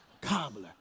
cobbler